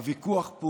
הוויכוח,